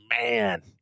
man